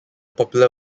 popular